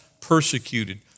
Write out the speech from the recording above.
persecuted